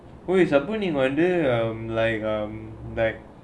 who is அப்பே நீங்க வந்தே:appe neenga vanthae um like um like